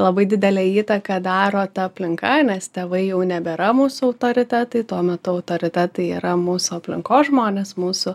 labai didelę įtaką daro ta aplinka nes tėvai jau nebėra mūsų autoritetai tuo metu autoritetai yra mūsų aplinkos žmonės mūsų